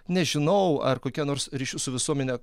nežinau ar kokia nors ryšių su visuomene